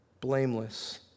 blameless